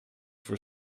for